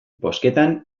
bozketan